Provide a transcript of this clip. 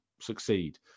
succeed